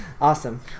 Awesome